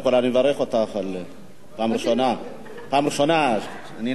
פעם ראשונה אני נואם כשאת נמצאת כאן.